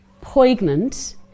poignant